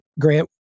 Grant